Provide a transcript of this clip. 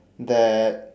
that